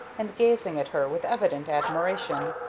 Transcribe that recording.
and gazing at her with evident admiration.